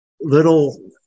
little